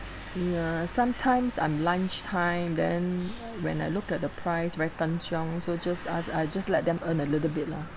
ya sometimes um lunchtime then when I look at the price very kanchiong so just ask I just let them earn a little bit lah